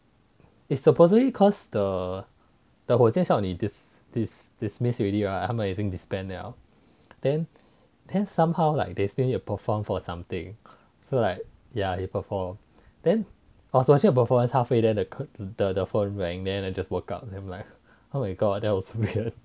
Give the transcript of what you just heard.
it's supposedly cos the 火箭少女 dismissed already 他们已经 disband liao then then somehow like they still need to perform for something so like ya they perform then I was watching the performance halfway then the phone rang so I just woke up then I'm like oh my god that was weird